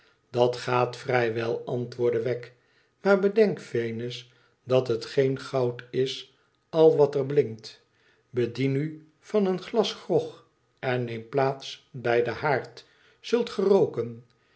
dat gaat vrij wel antwoordde wegg maar bedenk venus dat het geen goud is al wat er blinkt bedien u van een glas grog en neem plaats bij den haard zult